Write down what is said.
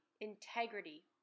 integrity